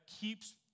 keeps